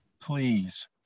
please